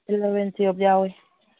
eleven twelve ꯌꯥꯎꯏ